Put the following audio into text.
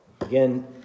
Again